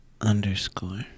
Underscore